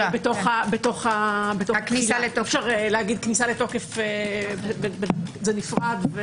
אי אפשר לומר שזה נפרד.